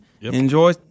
enjoy